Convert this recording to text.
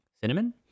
Cinnamon